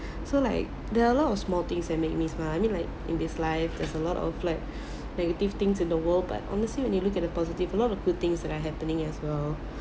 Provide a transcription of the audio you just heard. so like there are a lot of small things that make me smile I mean like in this life there's a lot of like negative things in the world but honestly when you look at the positive a lot of good things that are happening as well